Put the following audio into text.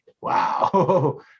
Wow